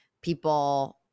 people